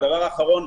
הדבר האחרון,